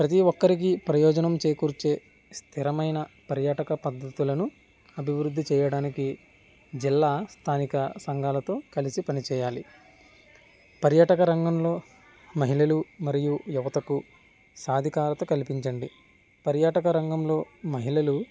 ప్రతీ ఒక్కరికి ప్రయోజనం చేకూర్చే స్థిరమైన పర్యాటక పద్ధతులను అభివృద్ధి చేయడానికి జిల్లా స్థానిక సంఘాలతో కలిసి పని చేయాలి పర్యాటక రంగంలో మహిళలు మరియు యువతకు సాధికారత కల్పించండి పర్యాటక రంగంలో మహిళలు